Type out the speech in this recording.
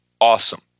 Awesome